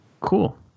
cool